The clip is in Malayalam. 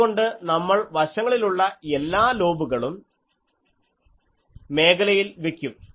അതുകൊണ്ട് നമ്മൾ വശങ്ങളിലുള്ള എല്ലാ ലോബുകളും മേഖലയിൽ വയ്ക്കും